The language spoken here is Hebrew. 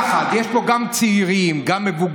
בוא נחשוב יחד: יש פה גם צעירים, גם מבוגרים.